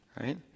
right